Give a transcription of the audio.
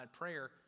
prayer